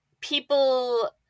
people